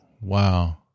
Wow